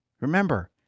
Remember